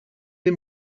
des